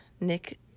Nick